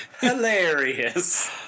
hilarious